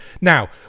now